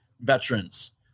veterans